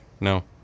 No